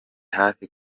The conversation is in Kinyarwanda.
hafi